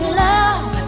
love